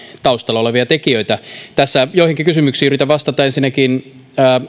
taustalla olevia tekijöitä tässä joihinkin kysymyksiin yritän vastata ensinnäkin